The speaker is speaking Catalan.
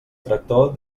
tractor